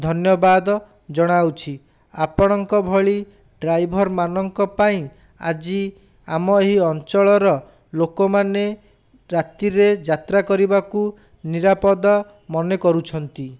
ଧନ୍ୟବାଦ ଜଣାଉଛି ଆପଣଙ୍କ ଭଳି ଡ୍ରାଇଭର ମାନଙ୍କ ପାଇଁ ଆଜି ଆମ ଏହି ଅଞ୍ଚଳର ଲୋକମାନେ ରାତିରେ ଯାତ୍ରା କରିବାକୁ ନିରାପଦା ମନେ କରୁଛନ୍ତି